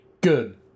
good